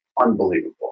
unbelievable